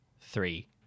three